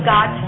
God